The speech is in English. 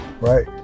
right